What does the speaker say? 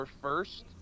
first